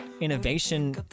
innovation